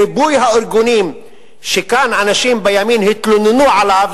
ריבוי הארגונים שכאן אנשים בימין התלוננו עליו,